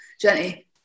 Jenny